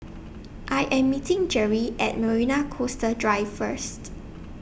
I Am meeting Jere At Marina Coastal Drive First